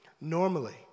Normally